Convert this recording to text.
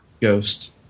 Ghost